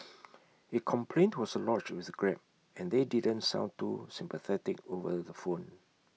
A complaint was lodged with grab and they didn't sound too sympathetic over the phone